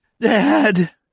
Dad